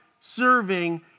serving